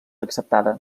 acceptada